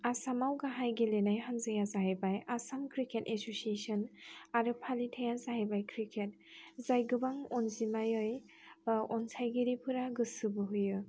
आसामाव गाहाय गेलानाय हानजाया जाहैबाय आसाम क्रिकेट एस'सियेसोन आरो फालिथाया जाहैबाय क्रिकेट जाय गोबां अनजिमायै एबा अनसायगिरिफोरा गोसो बोहोयो